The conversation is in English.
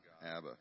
Abba